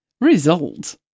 Result